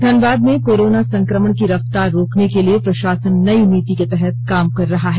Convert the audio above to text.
धनबाद में कोरोना संक्रमण की रफ्तार रोकने के लिए प्रशासन नई नीति के तहत काम कर रहा है